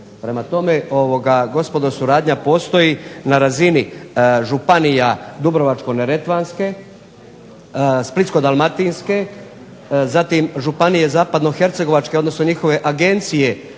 Prema tome, gospodo suradnja postoji na razini županija Dubrovačko-neretvanske, Splitsko-dalmatinske, zatim Županije zapadno-hercegovačke odnosno njihove agencije